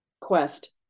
Quest